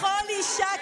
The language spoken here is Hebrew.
לכל אישה,